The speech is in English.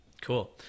Cool